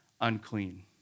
Unclean